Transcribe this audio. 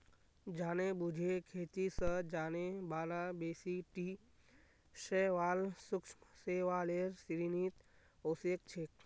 जानेबुझे खेती स जाने बाला बेसी टी शैवाल सूक्ष्म शैवालेर श्रेणीत ओसेक छेक